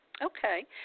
Okay